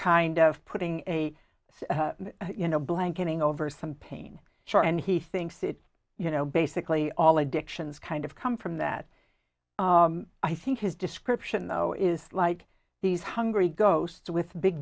kind of putting a you know blank getting over some pain sure and he thinks it's you know basically all addictions kind of come from that i think his description though is like these hungry ghosts with big